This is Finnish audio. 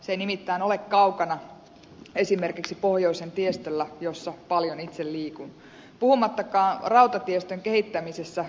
se ei nimittäin ole kaukana esimerkiksi pohjoisen tiestöllä jossa paljon itse liikun puhumattakaan rautatiestön kehittämisestä